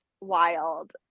wild